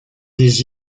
des